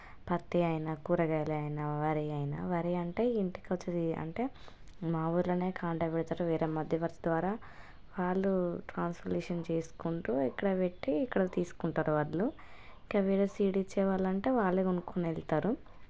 ప్రత్తి అయిన కూరగాయలైనా వరియైనా వరి అంటే ఇంటికి అవుతుంది అంటే మా ఊళ్ళోనే కాంటా పెడతారు వేరే మధ్యవర్తి ద్వారా వాళ్ళు ట్రాన్స్లేషన్ చేసుకుంటూ ఇక్కడ పెట్టి ఇక్కడ తీసుకుంటారు వడ్లు ఇంకేమైనా సీడు ఇచ్చేవాళ్ళంటే వాళ్ళే కొనుక్కొని వెళతారు